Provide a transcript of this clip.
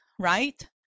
right